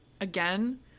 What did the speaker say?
Again